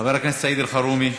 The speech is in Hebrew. חבר הכנסת סעיד אלחרומי,